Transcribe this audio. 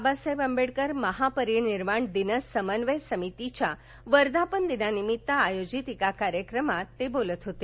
वाबासाहेब आंबेडकर महापरिनिर्वाण दिन समन्वय समितीच्या वर्धापन दिनानिमित्त आयोजित कार्यक्रमात ते बोलत होते